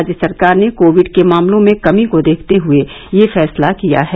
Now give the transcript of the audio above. राज्य सरकार ने कोविड के मामलों में कमी को देखते हुए यह फैसला किया है